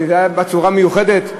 שזה בצורה מיוחדת.